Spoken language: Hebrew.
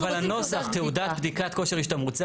אבל הנוסח תעודת בדיקת כושר השתמרות.